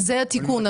זה התיקון.